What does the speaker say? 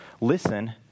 listen